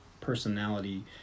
personality